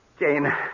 Jane